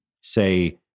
say